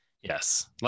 Yes